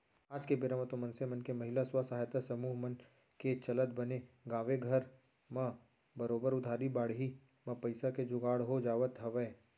आज के बेरा म तो मनसे मन के महिला स्व सहायता समूह मन के चलत बने गाँवे घर म बरोबर उधारी बाड़ही म पइसा के जुगाड़ हो जावत हवय